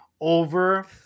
over